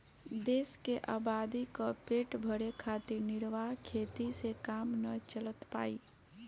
देश के आबादी क पेट भरे खातिर निर्वाह खेती से काम ना चल पाई